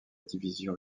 division